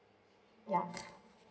yeah